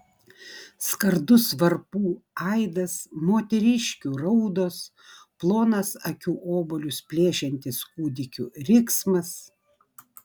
skardus varpų aidas moteriškių raudos plonas akių obuolius plėšiantis kūdikių riksmas